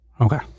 okay